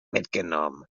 mitgenommen